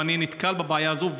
ואני נתקל בבעיה הזאת.